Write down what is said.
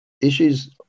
issues